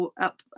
up